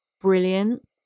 brilliant